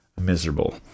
miserable